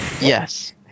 Yes